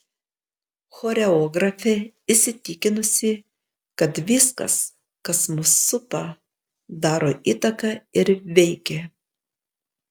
choreografė įsitikinusi kad viskas kas mus supa daro įtaką ir veikia